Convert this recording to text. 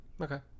okay